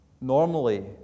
normally